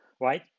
right